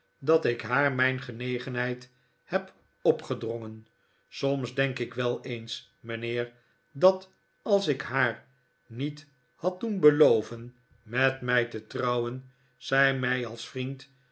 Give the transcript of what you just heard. dat ik haar mijn genegenheid heb opgedrongen soms denk ik wel eens mijnheer dat als ik haar niet had doen beloven met mij te trouwen zij mij als vriend